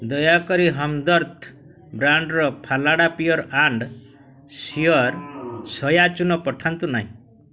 ଦୟାକରି ହମଦର୍ଦ୍ ବ୍ରାଣ୍ଡ୍ର ଫାଲାଡ଼ା ପିୟୋର୍ ଆଣ୍ଡ୍ ସିଓର୍ ସୋୟା ଚୂନା ପଠାନ୍ତୁ ନାହିଁ